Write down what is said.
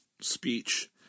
speech